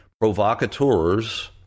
provocateurs